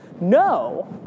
No